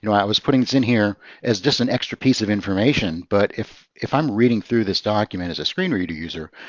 you know i was putting this in here as just an extra piece of information. but if if i'm reading through this document as a screen reader user,